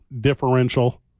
differential